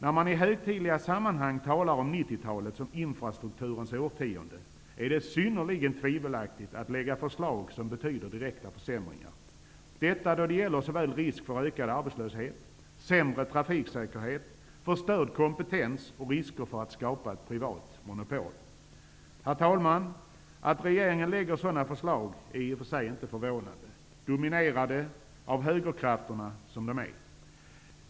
När man i högtidliga sammanhang talar om 1990-talet som infrastrukturens årtionde är det synnerligen tvivelaktigt att lägga fram förslag som betyder direkta försämringar; detta då det gäller risk såväl för ökad arbetslöshet, sämre trafiksäkerhet, förstörd kompetens som för att skapa ett privat monopol. Herr talman! Att regeringen lägger fram sådana här förslag är i och för sig inte förvånande, dominerad som den är av högerkrafter.